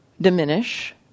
diminish